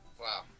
Wow